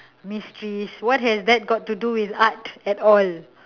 mysteries what has that got to do with art at all